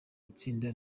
itsinda